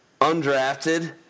undrafted